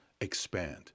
expand